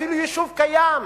אפילו ביישוב קיים.